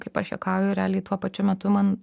kaip aš juokauju realiai tuo pačiu metu man